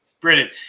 brilliant